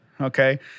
Okay